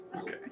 Okay